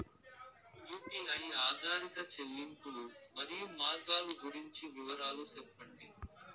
UPI ఆధారిత చెల్లింపులు, మరియు మార్గాలు గురించి వివరాలు సెప్పండి?